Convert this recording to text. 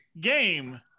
game